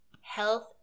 Health